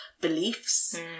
beliefs